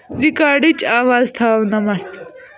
رِکاڈٕچ آواز تھاو نَمتھ